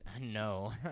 No